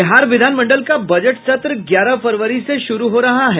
बिहार विधान मंडल का बजट सत्र ग्यारह फरवरी से शुरू हो रहा है